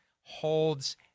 holds